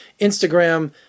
Instagram